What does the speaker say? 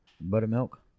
Buttermilk